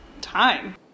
time